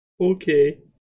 Okay